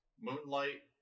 Moonlight